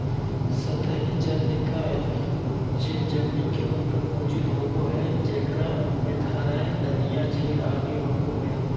सतही जल निकाय जे जमीन के ऊपर मौजूद होबो हइ, जेकरा में धाराएँ, नदियाँ, झील आदि होबो हइ